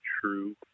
true